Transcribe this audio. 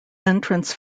entrance